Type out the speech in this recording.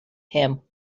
him